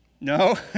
No